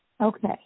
Okay